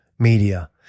media